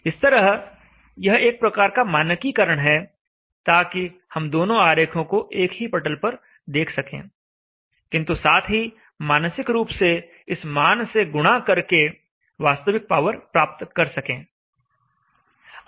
इस तरह यह एक प्रकार का मानकीकरण है ताकि हम दोनों आरेखों को एक ही पटल पर देख सकें किंतु साथ ही मानसिक रूप से इस मान से गुणा करके वास्तविक पावर प्राप्त कर सकें